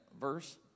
verse